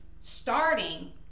starting